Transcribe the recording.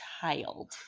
child